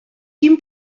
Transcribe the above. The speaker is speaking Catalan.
quin